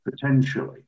potentially